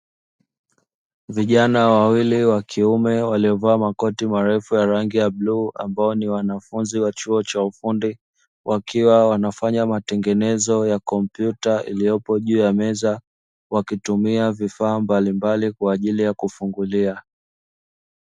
Vijana wawili wa kiume, waliovaa makoti marefu ya rangi ya bluu, ambao ni wanafunzi wa chuo cha ufundi. Wakiwa wanafanya matengenezo ya kompyuta iliyopo juu ya meza, wakitumia vifaa mbalimbali kwa ajili ya kufungulia.